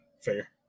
fair